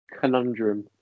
conundrum